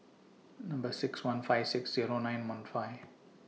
Number six one five six Zero nine one five